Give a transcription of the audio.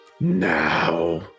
Now